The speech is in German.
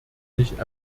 nicht